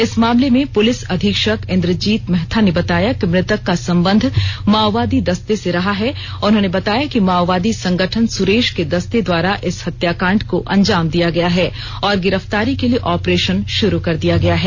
इस मामले में पुलिस अधीक्षक इंद्रजीत महथा ने बताया कि मृतक का संबंध माओवादी दस्ते से रहा है उन्होंने बताया कि माओवादी संगठन सुरेश के दस्ते द्वारा इस हत्याकांड को अंजाम दिया गया है और गिरफ्तारी के लिए ऑपरेशन शुरू कर दिया गया है